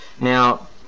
Now